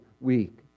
week